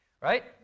right